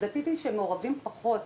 עובדתית הם מעורבים פחות